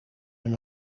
hun